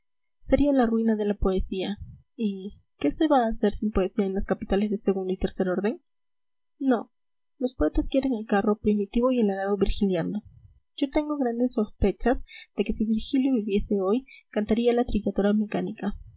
sería la ruina de la poesía y qué se iba a hacer sin poesía en las capitales de segundo y tercer orden no los poetas quieren el carro primitivo y el arado virgiliano yo tengo grandes sospechas de que si virgilio viviese hoy cantaría la trilladora mecánica